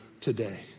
today